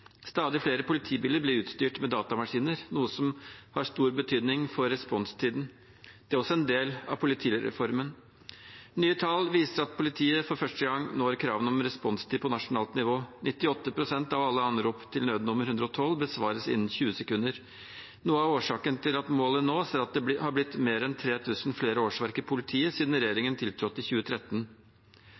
Stadig flere politibiler blir utstyrt med datamaskiner, noe som har stor betydning for responstiden. Det er også en del av politireformen. Nye tall viser at politiet for første gang når kravene om responstid på nasjonalt nivå. 98 pst. av alle anrop til nødnummer 112 besvares innen 20 sekunder. Noe av årsaken til at målet nås, er at det har blitt mer enn 3 000 flere årsverk i politiet siden regjeringen tiltrådte i 2013.